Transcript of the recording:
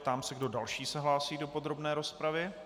Ptám se, kdo další se hlásí do podrobné rozpravy.